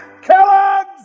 Kellogg's